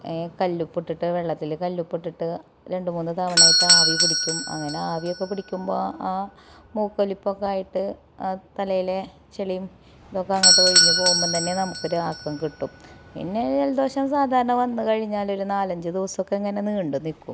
കല്ലുപ്പിട്ടിട്ട് വെള്ളത്തില് കല്ലുപ്പിട്ടിട്ട് രണ്ട് മൂന്ന് തവണ ആയിട്ട് ആവിപിടിക്കും അങ്ങനെ ആവിയൊക്കെ പിടിക്കുമ്പം ആ മൂക്കൊലിപ്പൊക്കെ ആയിട്ട് ആ തലയിലെ ചെളിയും ഇതൊക്കെ അങ്ങോട്ടൊഴിഞ്ഞ് പോകുമ്പം തന്നെ നമുക്ക് ഒരാക്കം കിട്ടും പിന്നെ ജലദോഷം സാധാരണ വന്ന് കഴിഞ്ഞാലൊര് നാലഞ്ചു ദിവസമൊക്കെ ഇങ്ങനെ നീണ്ട് നിൽക്കും